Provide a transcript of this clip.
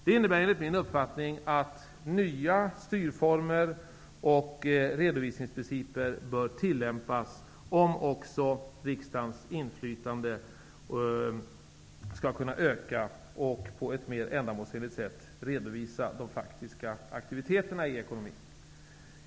Det innebär, enligt min uppfattning, att nya styrformer och redovisningsprinciper bör tillämpas om även riksdagens inflytande skall kunna öka och på ett mer ändamålsenligt sätt redovisa de faktiska aktiviteterna i ekonomin.